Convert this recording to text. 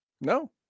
no